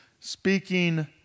Speaking